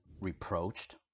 reproached